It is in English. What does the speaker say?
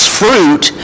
fruit